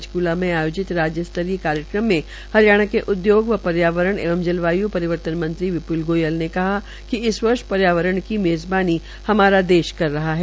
पंचक्ला में आयोजित राज्य स्तरीय कार्यक्रम में हरियाण के उदयोग व पर्यावरण एवं जलवाय् परिवर्तन मंत्री विप्ल गोयल ने कहा कि इस वर्ष पर्यावरण की मेज़बानी हमारा देश कर रहा है